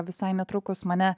visai netrukus mane